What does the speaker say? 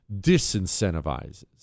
disincentivizes